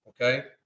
Okay